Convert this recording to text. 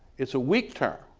it's a weak term.